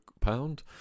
pound